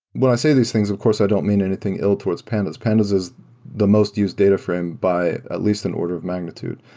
when i say these things, of course, i don't mean anything ill towards pandas. pandas is the most used data frame by at least an order of magnitude.